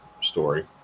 story